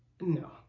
no